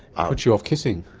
ah puts you off kissing.